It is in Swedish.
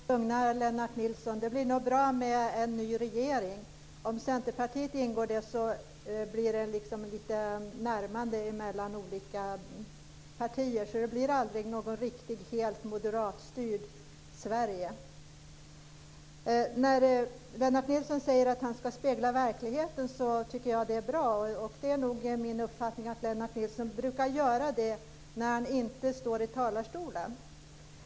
Fru talman! Jag kan lugna Lennart Nilsson. Det blir nog bra med en ny regering. Om Centerpartiet ingår blir det liksom lite närmanden mellan olika partier, så det blir aldrig något helt moderatstyrt Sverige. När Lennart Nilsson säger att han ska spegla verkligheten tycker jag att det är bra. Det är nog min uppfattning att Lennart Nilsson brukar göra det när han inte står i talarstolen.